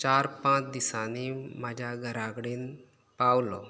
चार पांच दिसांनी म्हाज्या घरा कडेन पावलो